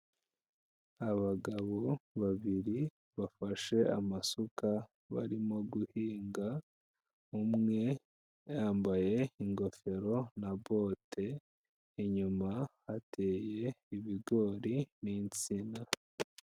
Abagabo babiri bafashe amasuka, barimo guhinga, umwe yambaye ingofero na bote, inyuma hateye ibigori n'insina.